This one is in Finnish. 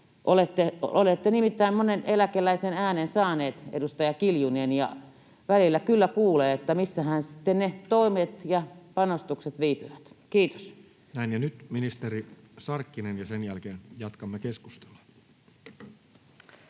Olette nimittäin monen eläkeläisen äänen saanut, edustaja Kiljunen, ja välillä kyllä kuulee, että missähän sitten ne toimet ja panostukset viipyvät. — Kiitos. Nyt joku laittoi mikrofonin päälle. Näin. — Nyt ministeri